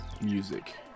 music